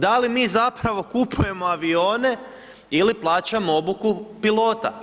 Da li mi zapravo kupujemo avione ili plaćamo obuku pilota?